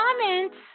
comments